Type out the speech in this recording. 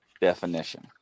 definition